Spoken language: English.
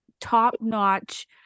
top-notch